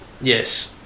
Yes